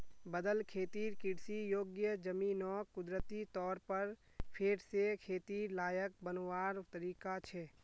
बदल खेतिर कृषि योग्य ज़मीनोक कुदरती तौर पर फेर से खेतिर लायक बनवार तरीका छे